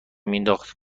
مینداخت